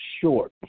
short